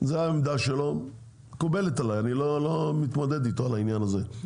זה העמדה שלו מקובלת עליי אני לא מתמודד איתו על העניין הזה,